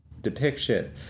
depiction